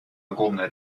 огромная